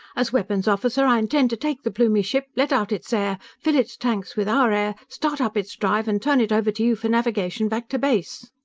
as weapons officer, i intend to take the plumie ship, let out its air, fill its tanks with our air, start up its drive, and turn it over to you for navigation back to base!